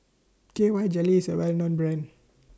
K Y Jelly IS A Well known Brand